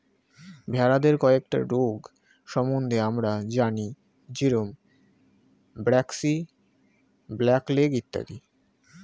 ভেড়াদের কয়েকটা রোগ সম্বন্ধে আমরা জানি যেরম ব্র্যাক্সি, ব্ল্যাক লেগ ইত্যাদি